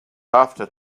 after